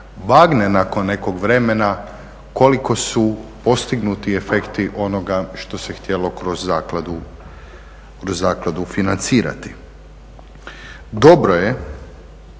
vagne nakon nekog vremena koliko su postignuti efekti onoga što se htjelo kroz zakladu financirati. Dobro je